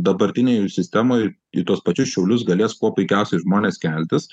dabartinėj jų sistemoj į tuos pačius šiaulius galės kuo puikiausiai žmonės keltis